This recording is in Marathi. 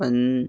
पण